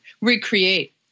recreate